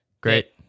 Great